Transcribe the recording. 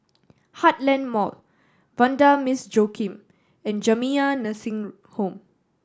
Heartland Mall Vanda Miss Joaquim and Jamiyah Nursing Home